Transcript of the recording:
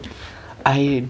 I